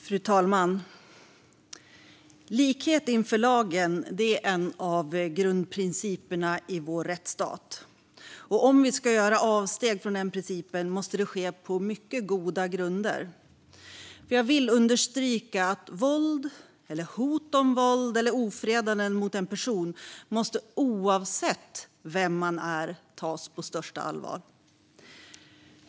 Fru talman! Likhet inför lagen är en av grundprinciperna i vår rättsstat. Om vi ska göra avsteg från denna princip måste det ske på mycket goda grunder. Jag vill understryka att våld, hot om våld eller ofredanden mot en person måste oavsett vem personen är tas på största allvar.